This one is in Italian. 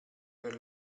per